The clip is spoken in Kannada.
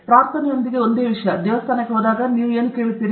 ಪ್ರಾರ್ಥನೆಯೊಂದಿಗೆ ಒಂದೇ ವಿಷಯ ನೀವು ದೇವಸ್ಥಾನಕ್ಕೆ ಹೋದಾಗ ನೀವು ಏನನ್ನು ಕೇಳುತ್ತೀರಿ